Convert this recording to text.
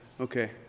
Okay